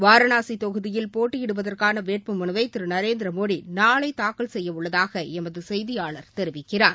வாரணாசி தொகுதியில் போட்டியிடுவதற்கான வேட்பு மனுவை திரு நரேந்திர மோடி நாளை தாக்கல் செய்ய உள்ளதாக எமது செய்தியாளர் தெரிவிக்கிறார்